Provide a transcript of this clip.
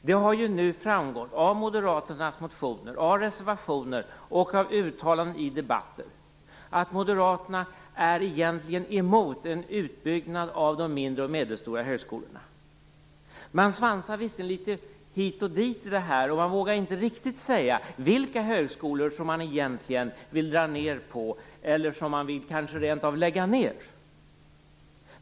Det har nu framgått av Moderaternas motioner, av reservationer och av uttalanden i debatter att Moderaterna egentligen är emot en utbyggnad av de mindre och medelstora högskolorna. Man svansar visserligen litet hit och dit i fråga om detta, och man vågar inte riktigt säga vilka högskolor som man egentligen vill dra ned på eller som man kanske rent av vill lägga ned.